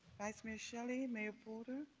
vice mayor shelley mayor porter.